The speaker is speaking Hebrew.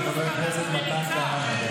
של חבר הכנסת מתן כהנא.